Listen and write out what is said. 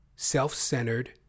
Self-centered